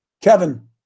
Kevin